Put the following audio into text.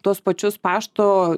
tuos pačius pašto